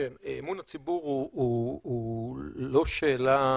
אמון הציבור הוא לא שאלה